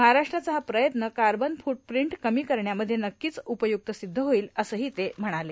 महाराष्ट्राचा हा प्रयत्न कार्बन फूट प्रिंट कमी करण्यामध्ये नक्कीच उपयुक्त सिद्ध होईल असंही ते म्हणाले